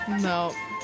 No